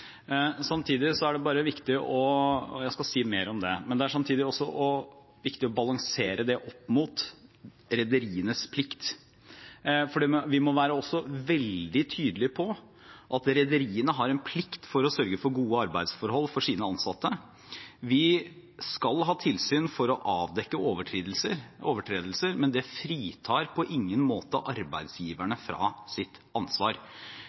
jeg skal si mer om det. Men det er samtidig også viktig å balansere det opp mot rederienes plikt, for vi må være veldig tydelig på at rederiene har plikt til å sørge for gode arbeidsforhold for sine ansatte. Vi skal ha tilsyn for å avdekke overtredelser, men det fritar på ingen måte arbeidsgiverne for deres ansvar.